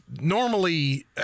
normally